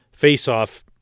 faceoff